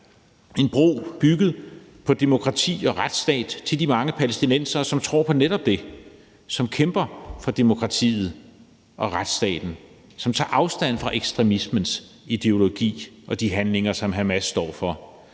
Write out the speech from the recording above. en bro bygget på demokrati og retsstat over til de mange palæstinensere, som tror på netop det, og som kæmper for demokratiet og retsstaten, og som tager afstand fra ekstremismens ideologi og de handlinger, som Hamas står for.